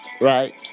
Right